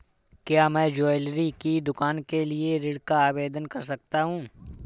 क्या मैं ज्वैलरी की दुकान के लिए ऋण का आवेदन कर सकता हूँ?